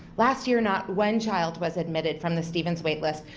last year not one child was admitted from the stevens waitlist.